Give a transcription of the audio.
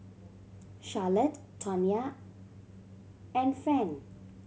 Charlotte Tonya and Fannye